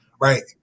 Right